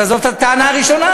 אז עזוב את הטענה הראשונה,